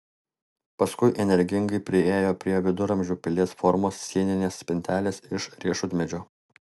paskui energingai priėjo prie viduramžių pilies formos sieninės spintelės iš riešutmedžio